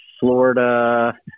Florida